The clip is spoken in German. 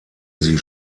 sie